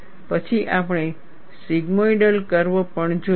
પછી આપણે sigmoidal curve પણ જોયો